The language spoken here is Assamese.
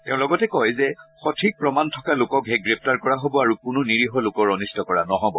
তেওঁ লগতে কয় যে সঠিক প্ৰমাণ থকা লোককহে গ্ৰেপ্তাৰ কৰা হ'ব আৰু কোনো নিৰীহ লোকৰ অনিষ্ট কৰা নহ'ব